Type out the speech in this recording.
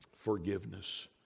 forgiveness